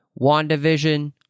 WandaVision